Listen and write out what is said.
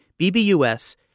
BBUS